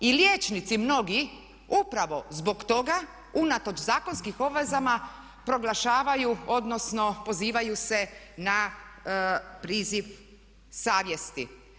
I liječnici mnogi upravo zbog toga unatoč zakonskim obvezama proglašavaju odnosno pozivaju se na priziv savjesti.